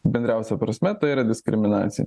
bendriausia prasme tai yra diskriminacija